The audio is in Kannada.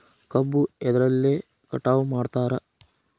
ಕಬ್ಬು ಎದ್ರಲೆ ಕಟಾವು ಮಾಡ್ತಾರ್?